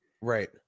Right